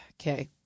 Okay